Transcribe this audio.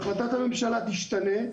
אם החלטת הממשלה תשתנה,